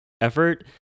effort